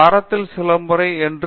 பேராசிரியர் பிரதாப் ஹரிதாஸ் சரி